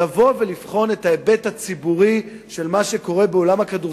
לבחון את ההיבט הציבורי של מה שקורה בעולם הכדורסל,